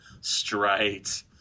straight